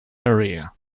area